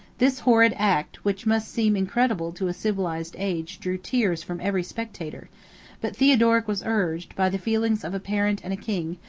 this horrid act, which must seem incredible to a civilized age drew tears from every spectator but theodoric was urged, by the feelings of a parent and a king,